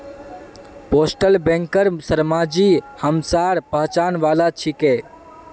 postal बैंकेर शर्माजी हमसार पहचान वाला छिके